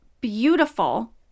beautiful